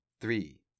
three